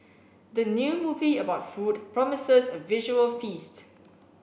the new movie about food promises a visual feast